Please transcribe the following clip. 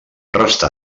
restà